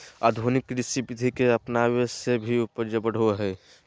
आधुनिक कृषि विधि के अपनाबे से भी उपज बढ़ो हइ